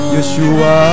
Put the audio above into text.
Yeshua